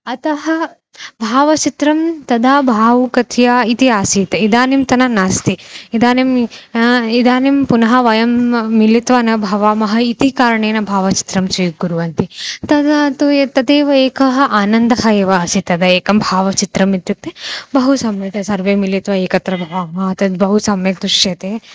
अतः भावचित्रं तदा भावुकथ्या इति आसीत् इदानीं तन नास्ति इदानीं इदानीं पुनः वयं मिलित्वा न भवामः इति कारणेन भावचित्रं श्वीकुर्वन्ति तदा तु यद् तदेव एकः आनन्दः एव आसीत् तदा एकं भावचित्रम् इत्युक्ते बहु सम्यक् सर्वे मिलित्वा एकत्र भवामः तद् बहु सम्यक् दृश्यते